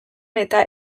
eta